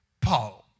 Paul